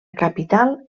capital